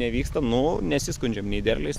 nevyksta nu nesiskundžiam nei derliais